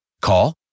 Call